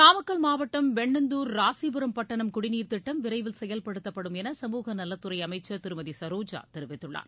நாமக்கல் மாவட்டம் வெண்ணந்தார் ராசிபுரம் பட்டணம் குடிநீர் திட்டம் விரைவில் செயல்படுத்தப்படும் என சமூக நலத்துறை அமைச்சர் திருமதி வெ சரோஜா தெரிவித்துள்ளார்